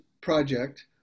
project